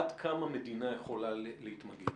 עד כמה מדינה יכולה להתמגן.